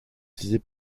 utilisés